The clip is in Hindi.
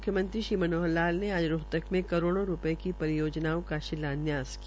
मुख्यमंत्री श्री मनोहर लाल ने आज रोहतक मे करोड़ों रूपये की परियोजनाओं का शिलान्यास किया